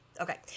okay